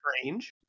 Strange